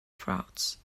frauds